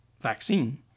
vaccine